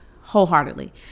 wholeheartedly